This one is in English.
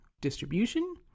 distribution